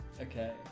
Okay